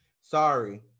Sorry